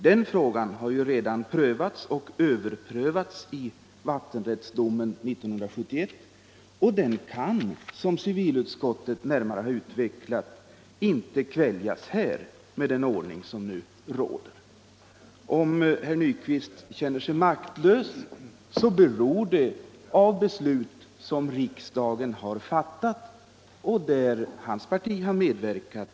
Den frågan har redan prövats och överprövats i vattendomen 1971, och den domen kan, som civilutskottet närmare har utvecklat, inte kväljas här med den ordning som nu råder. Om herr Nyquist känner sig maktlös, så beror det på beslut som riksdagen har fattat och där hans parti har medverkat.